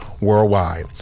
worldwide